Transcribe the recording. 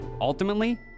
ultimately